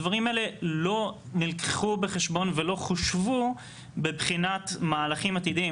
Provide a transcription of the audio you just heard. הדברים האלה לא נלקחו בחשבון ולא חושבו בבחינת מהלכים עתידיים,